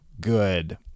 good